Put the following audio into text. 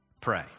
pray